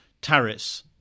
tariffs